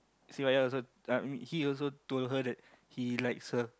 Sivaya also I mean he also told her that he likes her